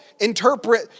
interpret